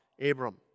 Abram